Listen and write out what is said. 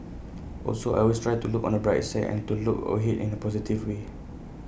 also I always try to look on the bright side and to look ahead in A positive way